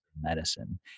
medicine